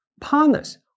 partners